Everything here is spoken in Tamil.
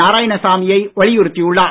நாராயணசாமியை வலியுறுத்தியுள்ளார்